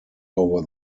over